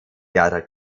gerda